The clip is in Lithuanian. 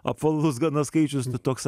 apvalus gana skaičius toks